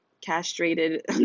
castrated